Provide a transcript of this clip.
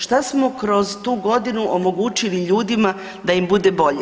Šta smo kroz tu godinu omogućili ljudima da im bude bolje?